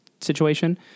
situation